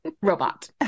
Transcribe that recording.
robot